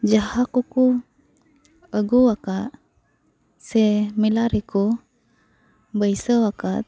ᱡᱟᱦᱟᱸ ᱠᱚ ᱠᱚ ᱟᱹᱜᱩᱣᱟᱠᱟᱫ ᱥᱮ ᱢᱮᱞᱟ ᱨᱮᱠᱚ ᱵᱟᱹᱭᱥᱟᱣ ᱟᱠᱟᱫ